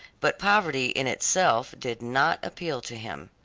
but poverty in itself did not appeal to him.